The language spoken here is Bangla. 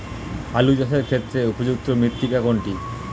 আলু চাষের ক্ষেত্রে উপযুক্ত মৃত্তিকা কোনটি?